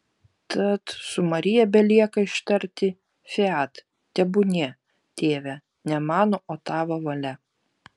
tad su marija belieka ištarti fiat tebūnie tėve ne mano o tavo valia